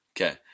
okay